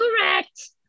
correct